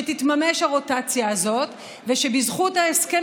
שלא תתממש הרוטציה הזאת ושבזכות ההסכם